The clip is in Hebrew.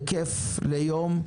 היקף ליום,